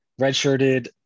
redshirted